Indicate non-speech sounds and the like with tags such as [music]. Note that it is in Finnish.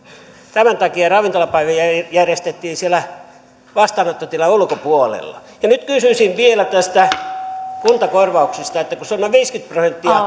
tämän takia ravintolapäivä järjestettiin siellä vastaanottotilan ulkopuolella nyt kysyisin vielä tästä kuntakorvauksesta että kun se on noin viisikymmentä prosenttia [unintelligible]